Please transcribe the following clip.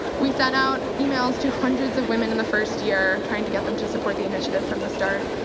we sent out emails to hundreds of women in the first year trying to get them to support the initiative from the start.